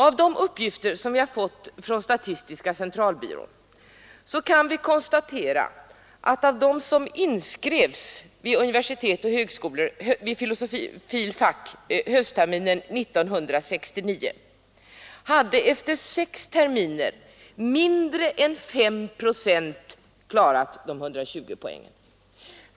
Enligt uppgifter som vi har fått från statistiska centralbyrån kan vi konstatera att av dem som inskrevs vid universitet och högskolor i filosofisk fakultet höstterminen 1969 hade efter sex terminer mindre än 5 procent klarat 120 poäng.